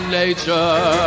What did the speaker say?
nature